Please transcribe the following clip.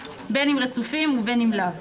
בין אם רצופים ובין אם לאו,